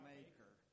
Maker